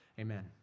Amen